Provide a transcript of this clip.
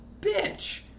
bitch